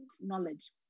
knowledge